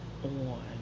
on